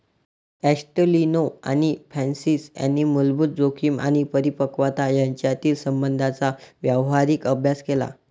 ॲस्टेलिनो आणि फ्रान्सिस यांनी मूलभूत जोखीम आणि परिपक्वता यांच्यातील संबंधांचा व्यावहारिक अभ्यास केला